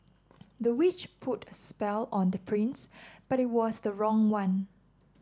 the witch put a spell on the prince but it was the wrong one